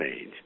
Age